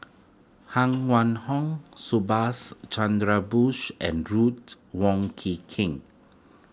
Huang Wenhong Subhas Chandra Bose and Ruth Wong Kii King